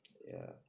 ya